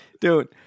Dude